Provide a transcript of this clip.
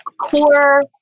core